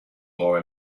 more